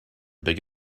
big